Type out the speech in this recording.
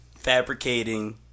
fabricating